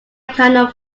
cannot